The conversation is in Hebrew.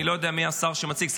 אני לא יודע מי השר שמציג,